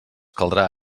caldrà